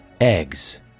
Eggs